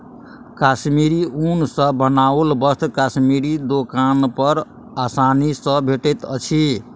कश्मीरी ऊन सॅ बनाओल वस्त्र कश्मीरी दोकान पर आसानी सॅ भेटैत अछि